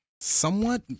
somewhat